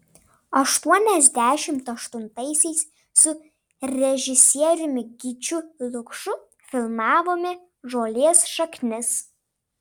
aštuoniasdešimt aštuntaisiais su režisieriumi gyčiu lukšu filmavome žolės šaknis